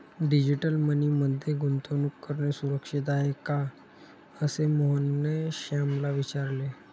digital money मध्ये गुंतवणूक करणे सुरक्षित आहे का, असे मोहनने श्यामला विचारले